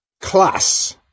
class